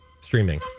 Streaming